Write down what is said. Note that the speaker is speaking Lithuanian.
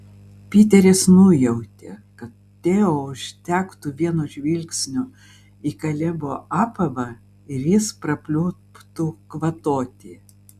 piteris nujautė kad teo užtektų vieno žvilgsnio į kalebo apavą ir jis prapliuptų kvatoti